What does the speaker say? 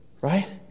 Right